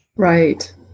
Right